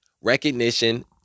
recognition